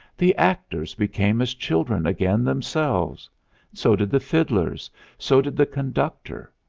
the actors became as children again themselves so did the fiddlers so did the conductor.